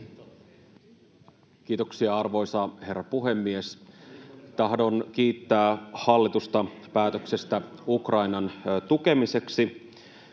Kiitoksia, arvoisa herra puhemies! Tahdon kiittää hallitusta päätöksestä Ukrainan tukemiseksi.